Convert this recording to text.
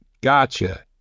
Gotcha